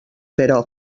però